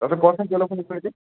বাকী কচোন কেলে ফোন কৰিলি